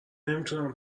نمیتونم